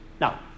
Now